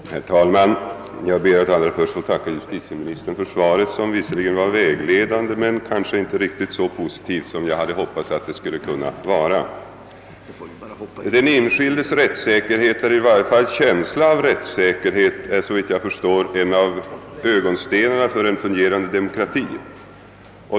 Herr talman! Jag ber allra först att få tacka justitieministern för svaret, som visserligen var vägledande men kanske inte riktigt så positivt som jag hade hoppats att det skulle vara. Den enskildes rättssäkerhet eller i varje fall känsla av rättssäkerhet är såvitt jag förstår en av hörnstenarna i en fungerande demokrati.